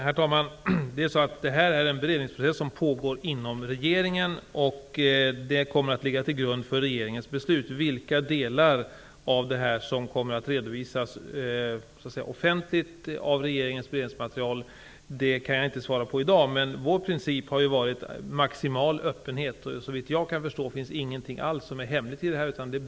Herr talman! En beredningsprocess pågår inom regeringen. Den kommer att ligga till grund för regeringens beslut. Vilka delar av regeringens beredningsmaterial som kommer att redovisas offentligt kan jag inte svara på i dag. Men vår princip har varit att visa maximal öppenhet. Såvitt jag förstår finns inget hemligt i detta.